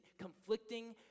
conflicting